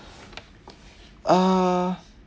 uh